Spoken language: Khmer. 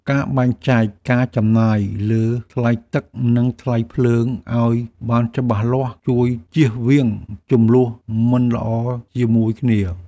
ការបែងចែកការចំណាយលើថ្លៃទឹកនិងថ្លៃភ្លើងឱ្យបានច្បាស់លាស់ជួយជៀសវាងជម្លោះមិនល្អជាមួយគ្នា។